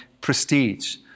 prestige